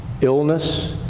illness